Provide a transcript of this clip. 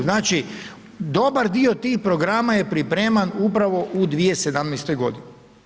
Znači dobar dio tih programa je pripreman upravo u 2017. godini.